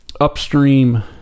upstream